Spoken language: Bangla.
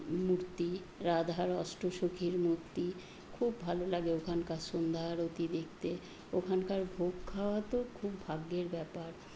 মূর্তি রাধার অষ্টসখীর মুূর্তি খুব ভালো লাগে ওখানকার সন্ধ্যা আরতি দেখতে ওখানকার ভোগ খাওয়া তো খুব ভাগ্যের ব্যাপার